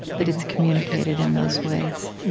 but it's communicated in those ways